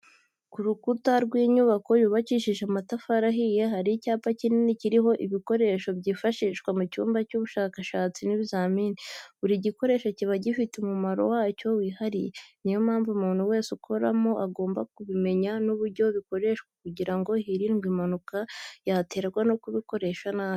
Ku rukukuta rw'inyubako yubakishije amatafari ahiye, hari icyapa kikini kiriho ibikoresho byifashishwa mu cyumba cy'ubushakashatsi n'ibizamini, buri gikoresho kiba gifite umumaro wacyo wihariye, niyo mpamvu umuntu wese ukoramo agomba kubimenya n'uburyo bikoreshwa kugira ngo hirindwe impanuka yaterwa no kubikoresha nabi.